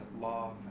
love